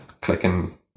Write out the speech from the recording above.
clicking